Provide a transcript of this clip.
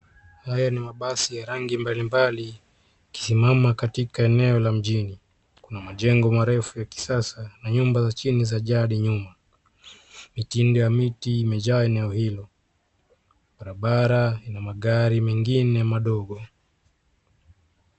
Haya ni mabasi ya rangi mbalimbali, ikisimama katika eneo la mjini. Kuna majengo marefu ya kisasa na nyumba za chini zajaa hadi nyuma. Mitindo ya miti imejaa eneo hilo. Barabara ina magari mengine madogo.